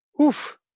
oof